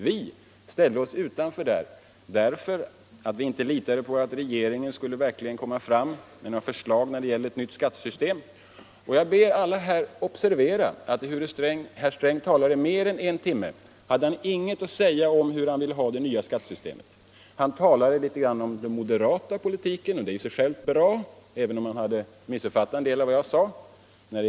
Vi ställde oss utanför denna överenskommelse därför att vi inte litade på att regeringen verkligen skulle framlägga ett förslag till nytt skattesystem. Jag ber alla här observera att herr Sträng, ehuru han talade i mer än en timme, inte hade någonting att säga om hur han ville ha det nya skattesystemet. Han talade litet grand om den moderata politiken, och det är i och för sig bra, även om han hade missuppfattat en del av vad jag sade.